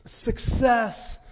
success